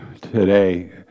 today